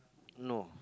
no